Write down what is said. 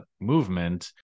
movement